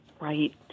Right